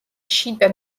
შიდა